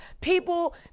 People